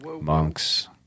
monks